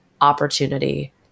opportunity